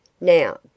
Now